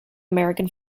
american